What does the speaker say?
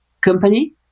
company